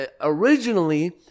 originally